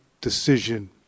decision